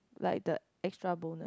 like the extra bonus